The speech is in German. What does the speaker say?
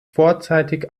vorzeitig